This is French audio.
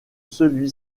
celui